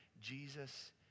Jesus